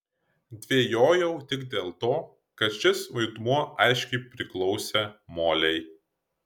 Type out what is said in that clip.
dvejojau tik dėl to kad šis vaidmuo aiškiai priklausė molei